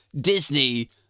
Disney